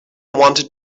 wanted